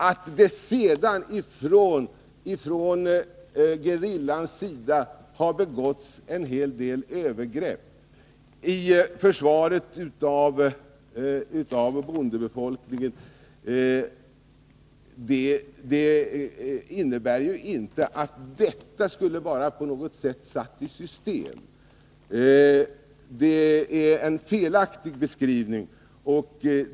Att det sedan från gerillans sida har begåtts en hel del övergrepp i kampen, i försvaret av bondebefolkningen innebär inte att detta på något sätt skulle vara satt i system. Det är en felaktig beskrivning.